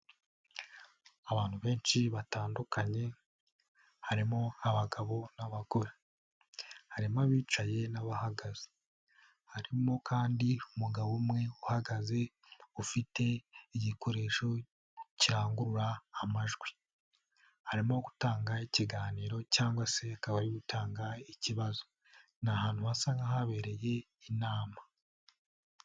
Abantu benshi batandukanye harimo abagabo n'abagore, harimo abicaye n'abahagaze, harimo kandi umugabo umwe uhagaze ufite igikoresho kirangurura amajwi, arimo gutanga ikiganiro cyangwa se akaba ari utanga ikibazo, ni ahantu hasa nk'ahabereye inama.